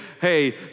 hey